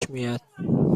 میاد